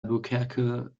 albuquerque